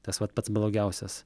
tas vat pats blogiausias